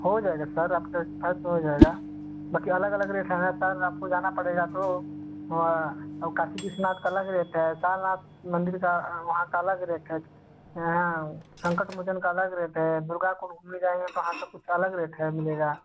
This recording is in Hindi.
हो जाएगा सर अब तक ख़त्म हो जाएगा बाक़ी अलग अलग रेट है ना सर आपको जाना पड़ेगा तो वह काशी विश्वनाथ का अलग रेट है सारनाथ मंदिर का वहाँ का अलग रेट है यहाँ संकट मोचन का अलग रेट हैं दुर्गाकुंड घूमने जाएँगे तो वहाँ का कुछ अलग रेट है मिलेगा